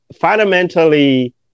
fundamentally